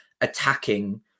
attacking